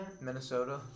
Minnesota